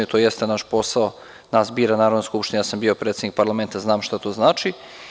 To jeste naš posao jer nas bira Narodna skupština, bio sam predsednik parlamenta i znam šta to znači.